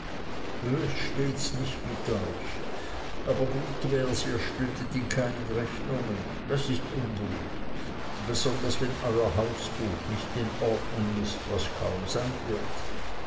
bös stehts nicht mit euch aber gut wärs ihr stündet in keinen rechnungen das ist ungut besonders wenn euer hausbuch nicht in ordnung ist was kaum sein wird